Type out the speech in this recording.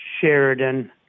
Sheridan